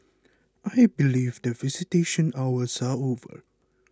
I believe that visitation hours are over